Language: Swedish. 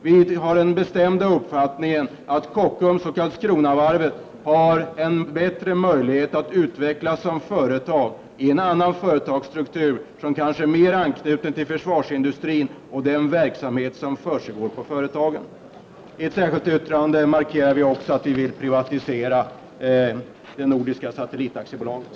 Vi har den bestämda uppfattningen att Kockums och Karlskrona Varv har en bättre möjlighet att utvecklas som företag i en annan företagsstruktur, som kanske är mera anknuten till försvarsindustrin och den verksamhet som försiggår på företagen. I ett särskilt yttrande markerar vi också att vi vill privatisera Tele-X-satelliten.